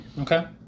Okay